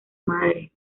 madre